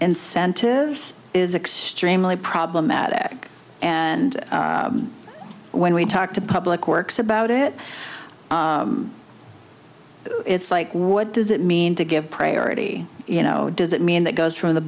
incentives is extremely problematic and when we talk to public works about it it's like what does it mean to give priority you know does that mean that goes from the